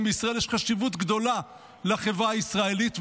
בישראל יש חשיבות גדולה לחברה הישראלית,